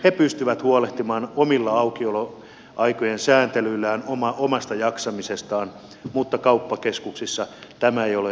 he pystyvät huolehtimaan omilla aukioloaikojen sääntelyillään omasta jaksamisestaan mutta kauppakeskuksissa tämä ei ole aiemmin ollut mahdollista